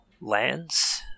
lands